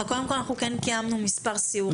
כן קיימנו מספר סיורים.